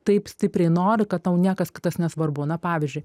taip stipriai nori kad tau niekas kitas nesvarbu na pavyzdžiui